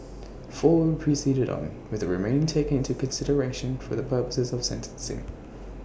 four were proceeded on with the remain taken into consideration for the purposes of sentencing